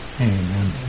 Amen